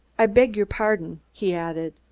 i beg your pardon, he added.